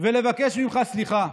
ולבקש ממך סליחה.